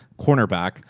cornerback